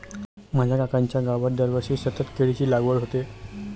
माझ्या काकांच्या गावात दरवर्षी सतत केळीची लागवड होते